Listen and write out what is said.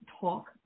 talk